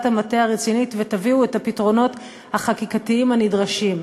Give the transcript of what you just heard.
המטה הרצינית ותביאו את הפתרונות החקיקתיים הנדרשים.